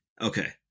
okay